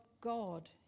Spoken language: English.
God